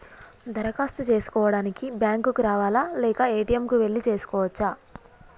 దరఖాస్తు చేసుకోవడానికి బ్యాంక్ కు రావాలా లేక ఏ.టి.ఎమ్ కు వెళ్లి చేసుకోవచ్చా?